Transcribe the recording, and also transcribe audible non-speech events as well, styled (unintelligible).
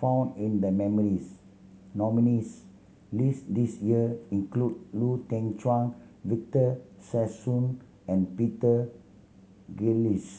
found in the (unintelligible) nominees' list this year include Lau Teng Chuan Victor Sassoon and Peter Gilchrist